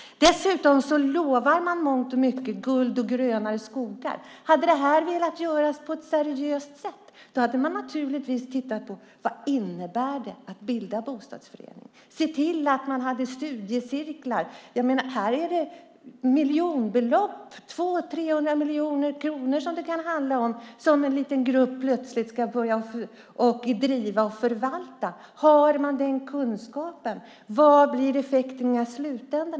Dessutom lovar man mångt och mycket, guld och grönare skogar. Hade man velat göra detta på ett seriöst sätt hade man naturligtvis tittat på vad det innebär att bilda bostadsförening och till exempel se till att man hade studiecirklar. Jag menar, det är miljonbelopp, kanske 200-300 miljoner kronor som en liten grupp plötsligt ska driva och förvalta. Har man den kunskapen? Vad blir effekterna i slutändan?